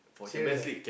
serious ah